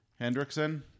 Hendrickson